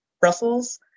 Brussels